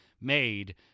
made